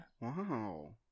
wow